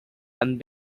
and